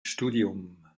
studium